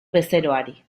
bezeroari